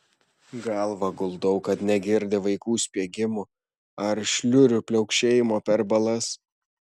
galvą guldau kad negirdi vaikų spiegimo ar šliurių pliaukšėjimo per balas